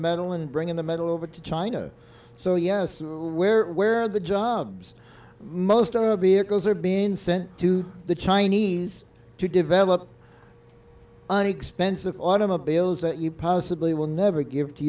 medal and bring in the medal over to china so yes where where the jobs most of vehicles are being sent to the chinese to develop an expensive automobiles that you possibly will never give to